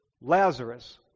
Lazarus